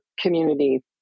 community